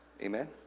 Amen